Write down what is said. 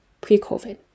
pre-COVID